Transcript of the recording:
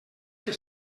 que